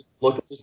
look